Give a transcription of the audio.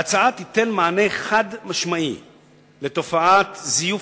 ההצעה תיתן מענה חד-משמעי לתופעת זיוף